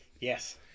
Yes